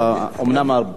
אומנם עברו הרבה שנים.